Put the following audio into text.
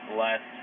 last